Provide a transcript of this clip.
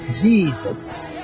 Jesus